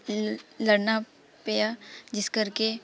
ਲ ਲੜਨਾ ਪਿਆ ਜਿਸ ਕਰਕੇ